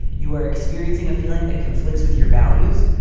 you are experiencing a feeling that conflicts with your values.